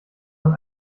man